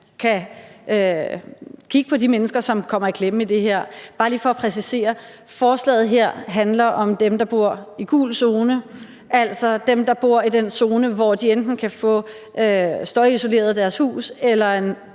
den situation, de mennesker, som kommer i klemme i det her, står i. Jeg vil bare lige præcisere: Forslaget her handler om dem, der bor i gul zone, altså dem, der bor i den zone, hvor de enten kan få støjisoleret deres hus eller få